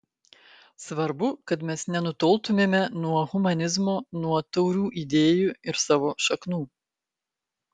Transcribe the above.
svarbu kad mes nenutoltumėme nuo humanizmo nuo taurių idėjų ir savo šaknų